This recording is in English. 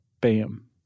Bam